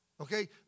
Okay